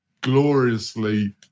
gloriously